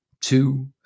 two